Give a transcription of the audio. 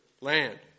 land